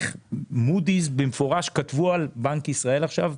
מוד'יס במפורש כתבו על בנק ישראל עכשיו,